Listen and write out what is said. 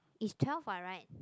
is twelve what right